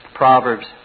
Proverbs